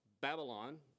Babylon